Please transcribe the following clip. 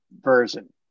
version